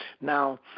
now